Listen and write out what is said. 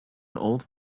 old